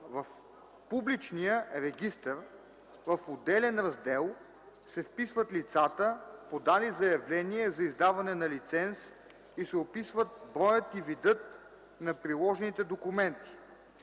„В публичния регистър, в отделен раздел се вписват лицата, подали заявления за регистрация и се описват броят и видът на приложените документи.